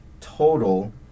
total